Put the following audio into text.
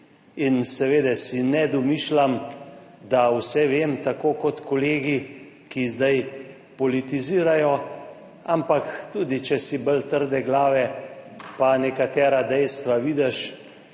in seveda si ne domišljam, da vse vem, tako kot kolegi, ki zdaj politizirajo, ampak tudi če si bolj trde glave pa nekatera dejstva vidiš